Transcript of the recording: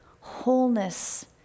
wholeness